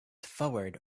forward